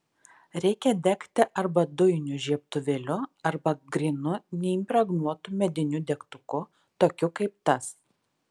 reikia degti arba dujiniu žiebtuvėliu arba grynu neimpregnuotu mediniu degtuku tokiu kaip tas